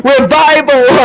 Revival